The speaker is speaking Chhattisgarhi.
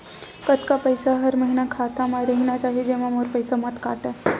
कतका पईसा हर महीना खाता मा रहिना चाही जेमा मोर पईसा मत काटे?